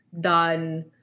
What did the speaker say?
done